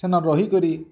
ସେନା ରହି କରି